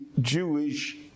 Jewish